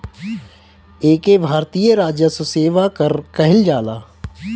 एके भारतीय राजस्व सेवा कर कहल जाला